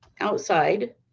outside